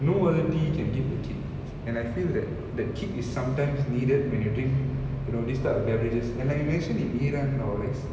no other tea can give that kick and I feel that that kick is sometimes needed you are drinking you know this type of beverages and I mentioned in iran nowadays